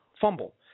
fumble